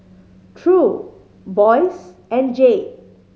True Boyce and Jay